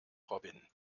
robin